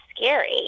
scary